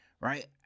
Right